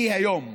היא היום,